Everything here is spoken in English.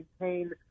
maintain